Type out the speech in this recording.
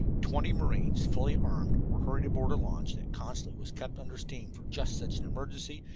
twenty marines, fully armed, were hurried aboard a launch that constantly was kept under steam for just such an emergency,